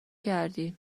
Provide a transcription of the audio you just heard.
کردی